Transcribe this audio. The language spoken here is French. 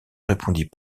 répondit